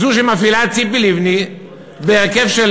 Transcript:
היא זו שמפעילה את ציפי לבני בהרכב של